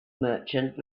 merchant